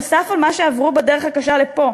נוסף על מה שעברו בדרך הקשה לפה,